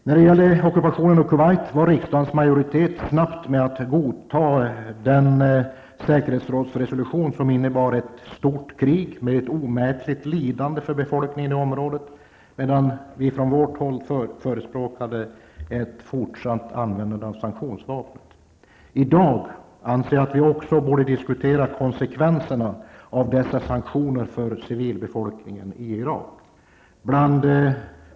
När det gäller ockupationen av Kuwait var riksdagens majoritet snabb med att godta den säkerhetsrådsresolution som innebar ett stort krig med ett omätligt lidande för befolkningen i området, medan vi från vårt håll förespråkade ett fortsatt användande av sanktionsvapnet. I dag anser jag att vi också borde diskutera konsekvenserna av dessa sanktioner för civilbefolkningen i Irak.